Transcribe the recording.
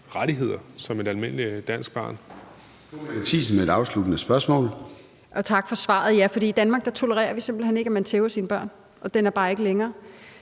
rettigheder som et almindeligt dansk barn.